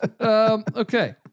Okay